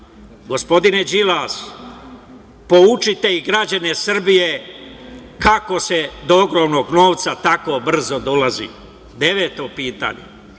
Gospodine Đilas, poučite i građane Srbije kako se do ogromnog novca tako brzo dolazi. Deveto pitanje